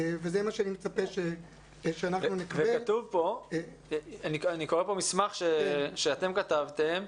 וזה מה שאני מצפה שאנחנו נקבל --- אני קורא פה מסמך שאתם כתבתם,